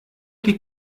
die